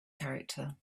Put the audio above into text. character